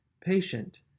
patient